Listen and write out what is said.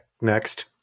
Next